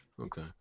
Okay